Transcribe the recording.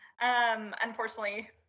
Unfortunately